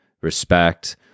respect